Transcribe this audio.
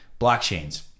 blockchains